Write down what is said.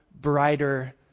brighter